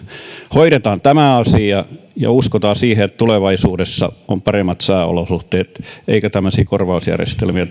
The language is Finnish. hoidetaan tämä asia ja uskotaan siihen että tulevaisuudessa on paremmat sääolosuhteet eikä tämmöisiä korvausjärjestelmiä